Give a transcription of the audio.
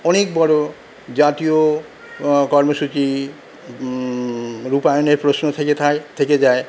অনেক বড়ো জাতীয় কর্মসূচী রূপায়নের প্রশ্ন থেকে থায় থেকে যায়